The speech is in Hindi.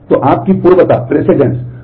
तो आपकी पूर्वता है